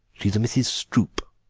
she's a mrs. stroope.